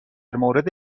مورد